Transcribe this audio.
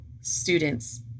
students